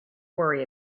worry